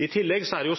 I tillegg er jo